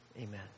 Amen